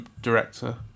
director